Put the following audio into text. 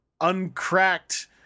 uncracked